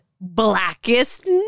Blackest